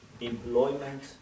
employment